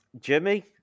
Jimmy